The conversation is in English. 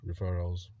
referrals